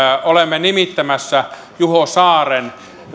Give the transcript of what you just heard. olemme nimittämässä juho saaren